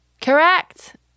correct